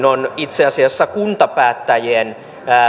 on itse asiassa kuntapäättäjien